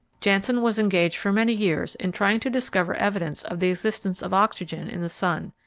janssen was engaged for many years in trying to discover evidence of the existence of oxygen in the sun,